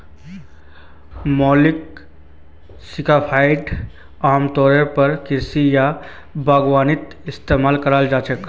molluscicides आमतौरेर पर कृषि या बागवानीत इस्तमाल कराल जा छेक